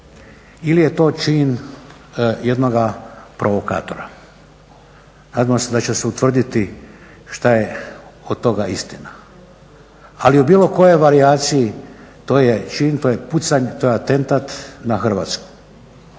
ili je to čin jednoga provokatora. Nadamo se da će se utvrditi šta je od toga istina. Ali u bilo kojoj varijaciji to je čin, to je pucanj, to je atentat na Hrvatsku,